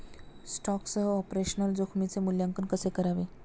स्टॉकसह ऑपरेशनल जोखमीचे मूल्यांकन कसे करावे?